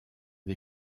des